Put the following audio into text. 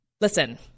listen